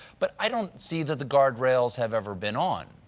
but i don't see that the guardrails have ever been on.